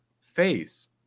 face